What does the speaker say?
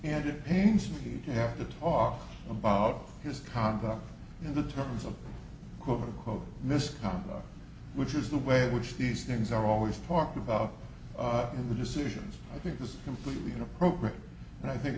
it pains me to have to talk about his conduct in the terms of quote unquote misconduct which is the way in which these things are always talked about in the decisions i think is completely inappropriate and i think